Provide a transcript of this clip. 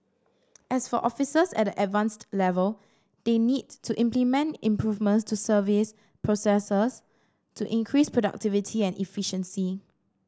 as for officers at the Advanced level they need to implement improvements to service processes to increase productivity and efficiency